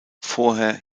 vorher